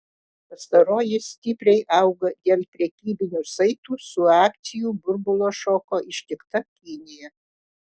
pastaroji stipriai auga dėl prekybinių saitų su akcijų burbulo šoko ištikta kinija